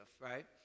right